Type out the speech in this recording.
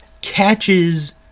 Catches